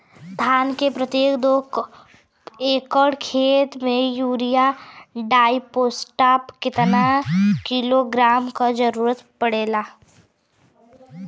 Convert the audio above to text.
धान के प्रत्येक दो एकड़ खेत मे यूरिया डाईपोटाष कितना किलोग्राम क जरूरत पड़ेला?